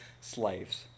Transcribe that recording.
slaves